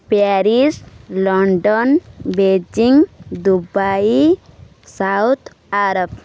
Paris London Beijing Dubai south Arab